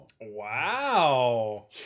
Wow